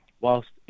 whilst